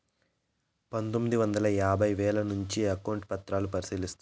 పందొమ్మిది వందల యాభైల నుంచే అకౌంట్ పత్రాలను పరిశీలిస్తున్నారు